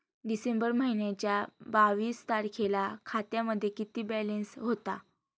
डिसेंबर महिन्याच्या बावीस तारखेला खात्यामध्ये किती बॅलन्स होता?